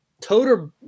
Toter